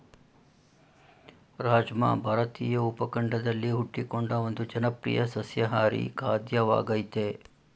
ರಾಜ್ಮಾ ಭಾರತೀಯ ಉಪಖಂಡದಲ್ಲಿ ಹುಟ್ಟಿಕೊಂಡ ಒಂದು ಜನಪ್ರಿಯ ಸಸ್ಯಾಹಾರಿ ಖಾದ್ಯವಾಗಯ್ತೆ